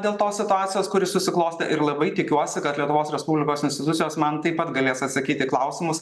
dėl tos situacijos kuri susiklostė ir labai tikiuosi kad lietuvos respublikos institucijos man taip pat galės atsakyt į klausimus